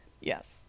yes